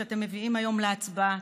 שאתם מביאים היום להצבעה,